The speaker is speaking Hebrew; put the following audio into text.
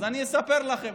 אז אני אספר לכם.